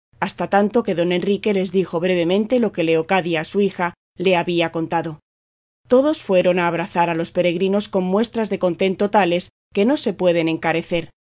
hasta tanto que don enrique les dijo brevemente lo que leocadia su hija le había contado todos fueron a abrazar a los peregrinos con muestras de contento tales que no se pueden encarecer